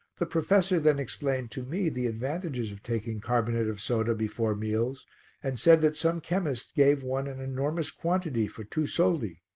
the professor then explained to me the advantages of taking carbonate of soda before meals and said that some chemists gave one an enormous quantity for two soldi.